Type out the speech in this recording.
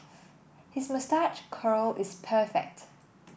his moustache curl is perfect